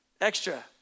extra